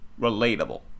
relatable